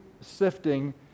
sifting